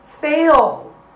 fail